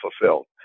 fulfilled